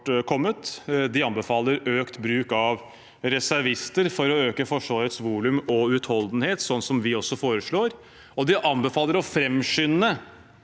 De anbefaler økt bruk av reservister for å øke Forsvarets volum og utholdenhet, som vi foreslår, de anbefaler å framskynde